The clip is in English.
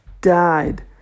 died